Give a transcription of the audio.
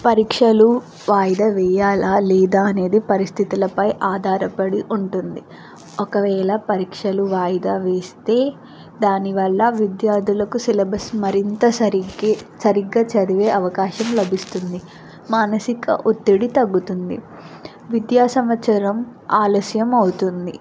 పరీక్షలు వాయిదా వేయాలా లేదా అనేది పరిస్థితులపై ఆధారపడి ఉంటుంది ఒకవేళ పరీక్షలు వాయిదా వేస్తే దానివల్ల విద్యార్థులకు సిలబస్ మరింత సరిగ్గా చదివే అవకాశం లభిస్తుంది మానసిక ఒత్తిడి తగ్గుతుంది విద్యా సంవత్సరం ఆలస్యం అవుతుంది